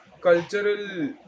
cultural